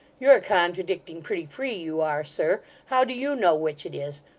you're a contradicting pretty free, you are, sir. how do you know which it is?